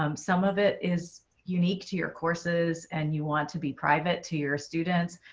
um some of it is unique to your courses and you want to be private to your students.